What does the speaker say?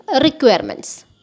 requirements